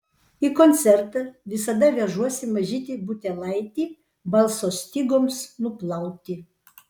į koncertą visada vežuosi mažytį butelaitį balso stygoms nuplauti